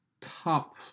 top